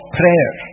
prayer